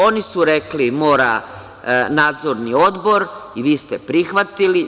Oni su rekli da mora Nadzorni odbor i vi ste prihvatili.